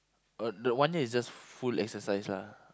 uh the one year is just full exercise lah